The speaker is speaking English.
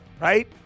right